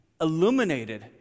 illuminated